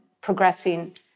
progressing